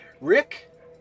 Rick